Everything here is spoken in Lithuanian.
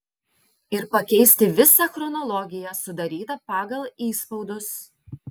ir pakeisti visą chronologiją sudarytą pagal įspaudus